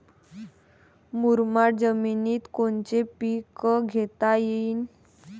मुरमाड जमिनीत कोनचे पीकं घेता येईन?